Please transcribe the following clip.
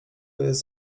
jest